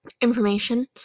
information